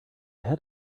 had